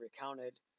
recounted